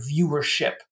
viewership